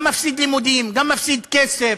גם מפסיד לימודים, גם מפסיד כסף,